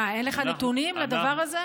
מה, אין לך נתונים על הדבר הזה?